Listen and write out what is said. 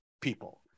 people